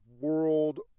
world